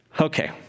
Okay